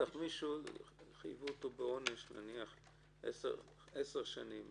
מישהו שחייבו אותו בעונש של 10 שנים